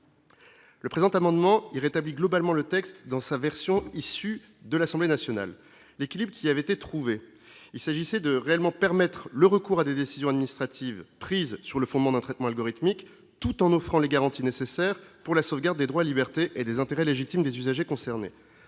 le présent amendement il rétablit globalement le texte dans sa version issue de l'Assemblée nationale l'équilibre qui avait été trouvé, il s'agissait de réellement permettre le recours à des décisions administratives prises sur le fondement d'un traitement algorithmique, tout en offrant les garanties nécessaires pour la sauvegarde des droits et libertés et des intérêts légitimes des usagers concernés